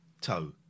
toe